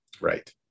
Right